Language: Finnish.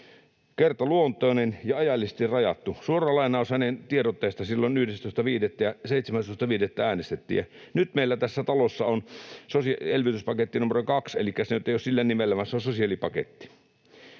kertaluontoinen ja ajallisesti rajattu” — suora lainaus hänen tiedotteesta silloin 11.5. — ja 17.5. äänestettiin. Nyt meillä tässä talossa on elvytyspaketti numero 2, elikkä se nyt ei ole sillä nimellä, vaan se on sosiaalipaketti.